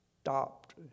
stopped